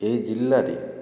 ଏହି ଜିଲ୍ଲାରେ